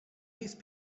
these